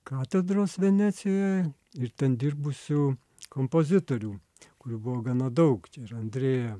katedros venecijoje ir ten dirbusių kompozitorių kurių buvo gana daug čia ir andrėja